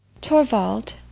Torvald